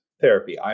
therapy